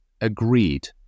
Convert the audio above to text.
Agreed